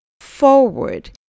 forward